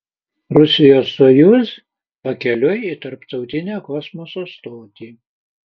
rusijos sojuz pakeliui į tarptautinę kosmoso stotį